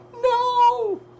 no